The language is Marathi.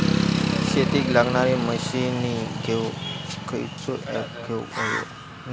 शेतीक लागणारे मशीनी घेवक खयचो ऍप घेवक होयो?